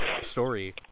story